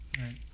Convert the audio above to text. right